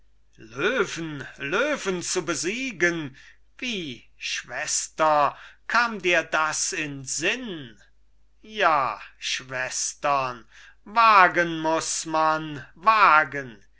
löwen löwen zu besiegen wie schwester kam dir das in sinn ja schwestern wagen muß man wagen